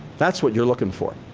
that's what you're looking for.